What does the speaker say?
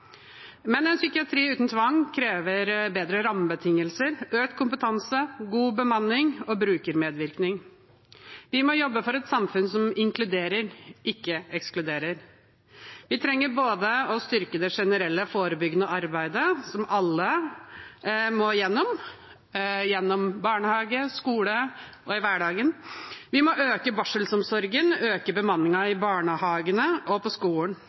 Men en psykiatri uten tvang krever bedre rammebetingelser, økt kompetanse, god bemanning og brukermedvirkning. Vi må jobbe for et samfunn som inkluderer, ikke ekskluderer. Vi trenger å styrke det generelle forebyggende arbeidet som alle må gjennom – gjennom barnehagen og skolen og i hverdagen – og vi må styrke barselomsorgen og øke bemanningen i barnehagene og på skolen.